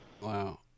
Wow